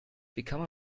become